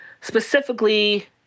Specifically